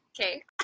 okay